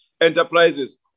enterprises